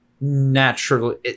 naturally